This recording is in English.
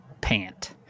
pant